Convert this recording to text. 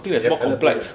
their calory ah